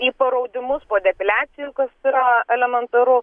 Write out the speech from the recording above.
į paraudimus po depiliacijų kas yra elementaru